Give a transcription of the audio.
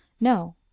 No